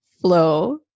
flow